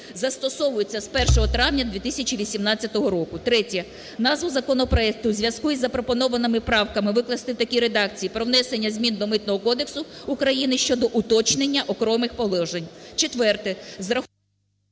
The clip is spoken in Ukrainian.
застосовуються з 1 травня 2018 року". Третє. Назву законопроекту у зв'язку із запропонованими правками викласти в такій редакції: "Про внесення змін до Митного кодексу України щодо уточнення окремих положень". Четверте.